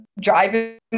driving